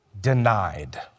denied